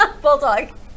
bulldog